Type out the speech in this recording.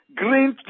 green